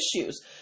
issues